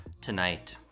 tonight